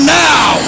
now